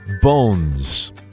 bones